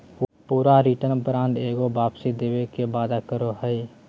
पूरा return fund एगो वापसी देवे के वादा करो हइ